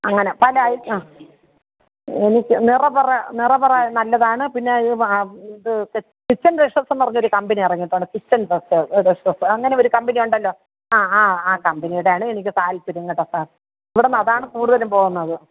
അങ്ങനെ പല ഐറ്റം അ എനിക്ക് നിറപറ നിറപറ നല്ലതാണ് പിന്നെ ഈ ഇത് കിച്ചൺ ട്രെഷേഴ്സ് എന്ന് പറഞ്ഞ ഒരു കമ്പനി ഇറങ്ങിയിട്ടുണ്ട് കിച്ചൺ ട്രെഷേർസ് അത് ട്രെഷേർസ് അങ്ങനെ ഒരു കമ്പനി ഉണ്ടല്ലൊ ആ ആ അ കമ്പനീടെയാണ് എനിക്ക് താല്പര്യം കേട്ടൊ സാർ ഇവിടെ നിന്ന് അതാണ് കൂടുതലും പോകുന്നത്